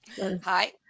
Hi